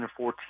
2014